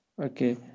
Okay